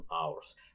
hours